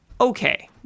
okay